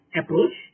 approach